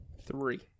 Three